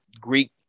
Greek